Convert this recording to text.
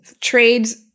trades